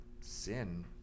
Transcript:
sin